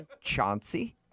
Chauncey